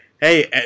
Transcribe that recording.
hey